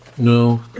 No